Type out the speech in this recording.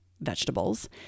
vegetables